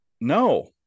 no